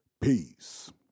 Peace